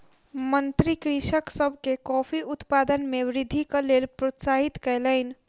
मंत्री कृषक सभ के कॉफ़ी उत्पादन मे वृद्धिक लेल प्रोत्साहित कयलैन